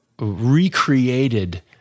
recreated